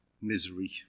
misery